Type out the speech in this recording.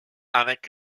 avec